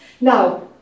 Now